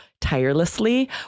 tirelessly